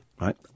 right